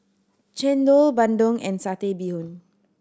chendol bandung and Satay Bee Hoon